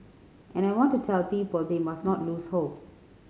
and I want to tell people they must not lose hope